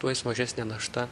tuo jis mažesnė našta